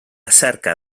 cerca